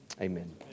Amen